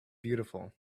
beautiful